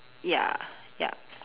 ya ya